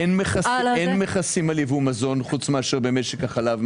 אין מכסים על ייבוא מזון חוץ מאשר במשק החלב,